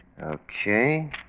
Okay